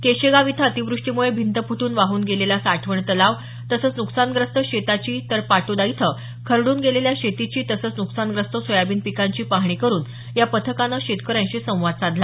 केशेगाव इथं अतिवृष्टीमुळे भिंत फुटून वाहून गेलेला साठवण तलाव तसंच नुकसानग्रस्त शेताची तर पाटोदा इथं खरडून गेलेल्या शेतीची तसंच नुकसानग्रस्त सोयाबीन पिकांची पाहणी करून या पथकानं शेतकऱ्यांशी संवाद साधला